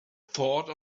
thought